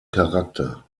charakter